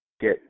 get